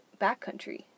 backcountry